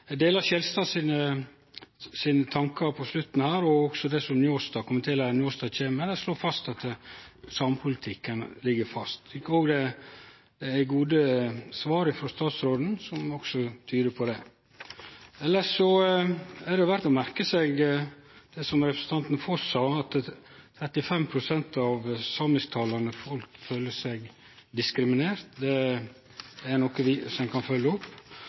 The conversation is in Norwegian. tankar mot slutten av debatten og også det som Njåstad sa, om at samepolitikken ligg fast. Det er gode svar frå statsråden, som også tyder på det. Elles er det verdt å merke seg det som representanten Foss sa, at 35 pst. av samisktalande folk føler seg diskriminerte. Det er noko vi kan følgje opp.